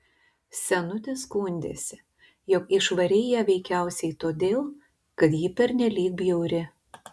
senutė skundėsi jog išvarei ją veikiausiai todėl kad ji pernelyg bjauri